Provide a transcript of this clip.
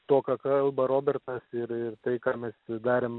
to ką kalba robertas ir ir tai ką mes sudarėm